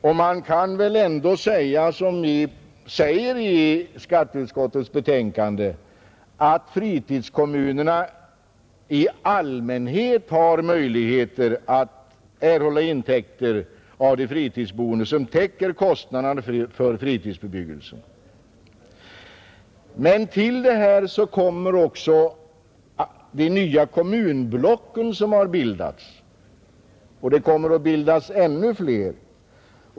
Och man kan väl ändå säga, som vi gör i skatteutskottets betänkande, att fritidskommunerna i allmänhet har möjligheter att erhålla intäkter av de fritidsboende som täcker kostnaderna för fritidsbebyggelsen. Till detta kommer att det bildats nya kommunblock och att det kommer att bildas ännu fler.